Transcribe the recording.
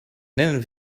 nennen